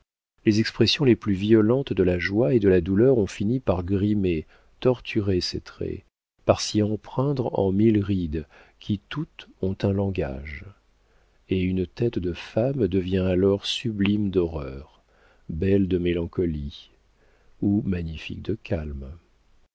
les expressions les plus violentes de la joie et de la douleur ont fini par grimer torturer ses traits par s'y empreindre en mille rides qui toutes ont un langage et une tête de femme devient alors sublime d'horreur belle de mélancolie ou magnifique de calme